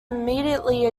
immediately